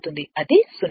అది 0